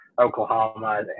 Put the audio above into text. Oklahoma